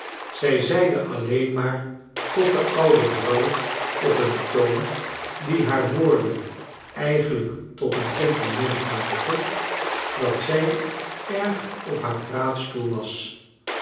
zij zeide alleen maar tot de oude vrouw op een toon die haar woorden eigenlijk tot een compliment maakte dat zij erg op haar praatstoel was